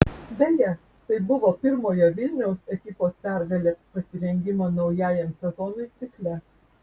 beje tai buvo pirmojo vilniaus ekipos pergalė pasirengimo naujajam sezonui cikle